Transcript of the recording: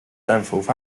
danforth